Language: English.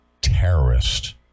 terrorist